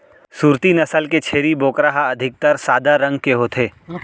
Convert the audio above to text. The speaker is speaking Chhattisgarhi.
सूरती नसल के छेरी बोकरा ह अधिकतर सादा रंग के होथे